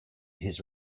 his